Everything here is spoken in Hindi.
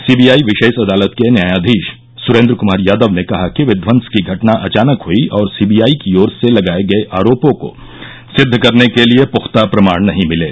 सीबीआई विशेष अदालत के न्यायाधीश सुरेन्द्र कुमार यादव ने कहा कि विध्वस की घटना अचानक हुई और सीबीआई की ओर से लगाए गए आरोपों को सिद्ध करने के लिए पुख्ता प्रमाण नहीं मिले